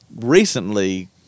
recently